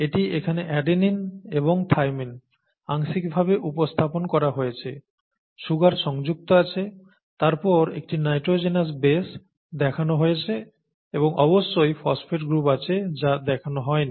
এটি এখানে অ্যাডিনিন এবং থাইমিন আংশিকভাবে উপস্থাপন করা হয়েছে সুগার সংযুক্ত আছে তারপর একটি নাইট্রোজেনজেনাস বেশ দেখানো হয়েছে এবং অবশ্যই ফসফেট গ্রুপ আছে যা দেখানো হয়নি